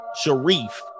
Sharif